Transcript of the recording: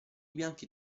bianchi